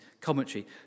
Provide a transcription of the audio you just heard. commentary